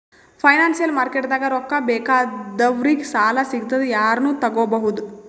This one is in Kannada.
ಫೈನಾನ್ಸಿಯಲ್ ಮಾರ್ಕೆಟ್ದಾಗ್ ರೊಕ್ಕಾ ಬೇಕಾದವ್ರಿಗ್ ಸಾಲ ಸಿಗ್ತದ್ ಯಾರನು ತಗೋಬಹುದ್